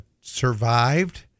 survived